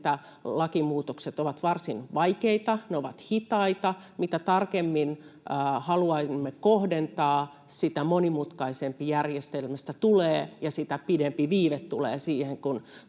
että lakimuutokset ovat varsin vaikeita ja ne ovat hitaita. Mitä tarkemmin haluamme kohdentaa, sitä monimutkaisempi järjestelmästä tulee, ja sitä pidempi viive tulee siihen,